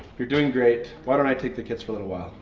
you're doing great why don't i take the kids for a little while.